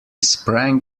sprang